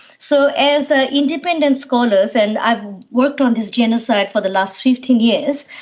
so as ah independent scholars, and i've worked on this genocide for the last fifteen years,